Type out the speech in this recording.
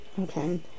Okay